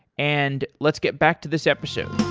and let's get back to this episode.